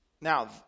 Now